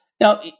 Now